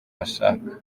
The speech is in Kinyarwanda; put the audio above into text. bashaka